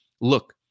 Look